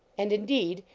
and, indeed,